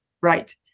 Right